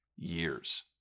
years